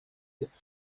this